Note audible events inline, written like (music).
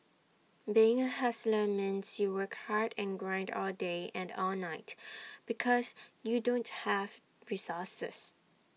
being A hustler means you work hard and grind all day and all night (noise) because you don't have resources